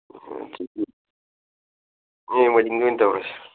ꯍꯌꯦꯡ ꯃꯣꯔꯅꯤꯡꯗ ꯑꯣꯏꯅ ꯇꯧꯔꯁꯤ